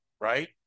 Right